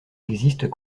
existent